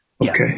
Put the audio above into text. Okay